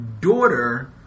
daughter